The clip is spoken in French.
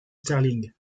sterling